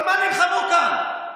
על מה נלחמו כאן,